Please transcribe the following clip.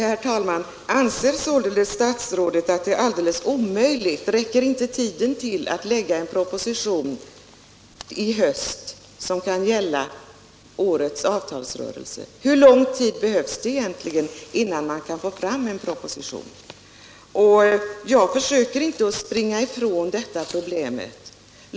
Herr talman! Anser således statsrådet att det är alldeles omöjligt att få tiden att räcka till för att lägga fram en proposition i höst, som kan gälla årets avtalsrörelse? Hur lång tid behövs det egentligen, innan man kan få fram en proposition? Jag försöker inte springa ifrån problemen.